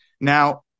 Now